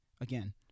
again